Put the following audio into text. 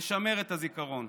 לשמר את הזיכרון.